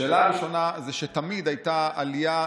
השאלה הראשונה: תמיד הייתה עלייה,